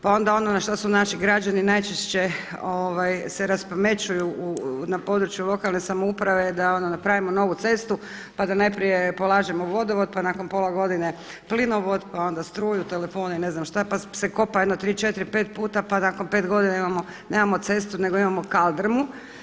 Pa onda ono na što su naši građani najčešće se raspamećuju na području lokalne samouprave da ona napravimo novu cestu pa da najprije polažemo vodovod, pa nakon pola godine plinovod, pa onda struju, telefon i ne znam šta, pa se kopa tri, četiri, pet puta pa nakon pet godina nemamo cestu nego imamo kaldrmu.